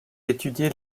étudiait